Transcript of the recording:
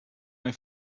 hij